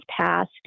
passed